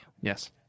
Yes